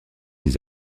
ces